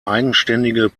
eigenständige